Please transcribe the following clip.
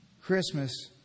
Christmas